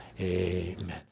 Amen